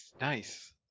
Nice